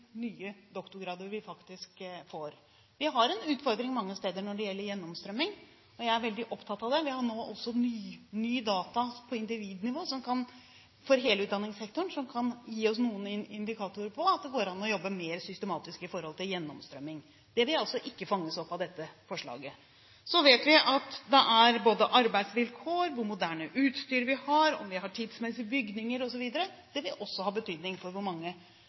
nye doktorgrader vi faktisk får. Vi har en utfordring mange steder når det gjelder gjennomstrømming, og jeg er veldig opptatt av det. Vi har nå også ny data på individnivå for hele utdanningssektoren som kan gi oss noen indikatorer på at det går an å jobbe mer systematisk i forhold til gjennomstrømming. Det vil altså ikke fanges opp av dette forslaget. Så vet vi at både arbeidsvilkår, hvor moderne utstyr vi har, og om vi har tidsmessige bygninger osv., også vil ha betydning for hvor mange